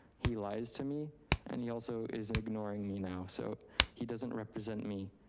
he lies to me and he also is ignoring me now. so he doesn't represent me.